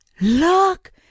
look